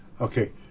Okay